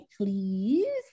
please